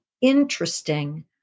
interesting